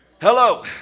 Hello